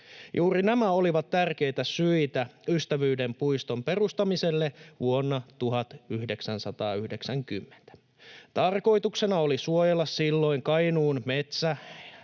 Juuri nämä olivat tärkeitä syitä Ystävyyden puiston perustamiselle vuonna 1990. Tarkoituksena oli suojella silloin Kainuun metsä-